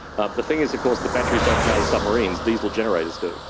ah the thing is of course the batteries don't power the submarines, diesel generators do.